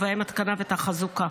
ובהן התקנה ותחזוקה.